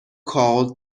called